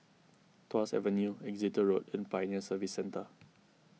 Tuas Avenue Exeter Road and Pioneer Service Centre